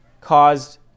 caused